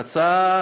ההצעה